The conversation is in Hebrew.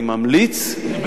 אני ממליץ לחדש את הנוהל,